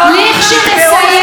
כשנסיים,